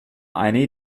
eine